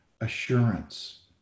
assurance